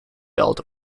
belt